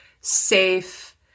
safe